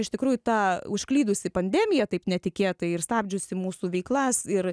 iš tikrųjų tą užklydusį pandemija taip netikėtai ir stabdžiusi mūsų veiklas ir